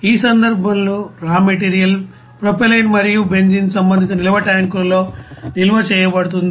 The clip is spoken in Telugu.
ఈ సందర్భంలో రా మెటీరియల్ ప్రొపైలిన్ మరియు బెంజీన్ సంబంధిత నిల్వ ట్యాంకులలో నిల్వ చేయబడతాయి